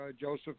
joseph